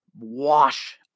wash